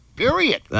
Period